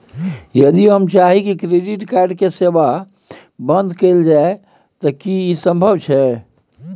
यदि हम चाही की क्रेडिट कार्ड के सेवा बंद कैल जाऊ त की इ संभव छै?